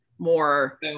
more